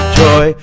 joy